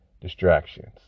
distractions